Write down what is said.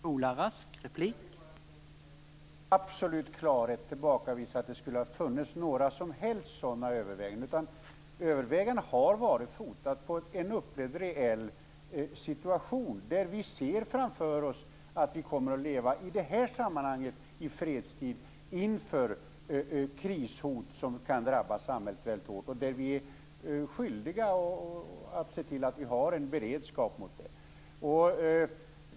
Herr talman! Jag vill bara helt kort med absolut klarhet tillbakavisa att det skulle ha funnits några som helst sådana överväganden. Övervägandena har grundats på en upplevd reell situation, där vi framför oss ser att vi i fredstid kommer att leva inför krishot som kan drabba samhället mycket hårt. Vi är skyldiga att se till att vi har en beredskap mot dem.